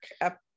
up